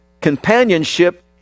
companionship